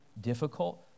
difficult